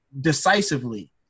decisively